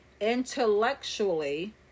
intellectually